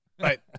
right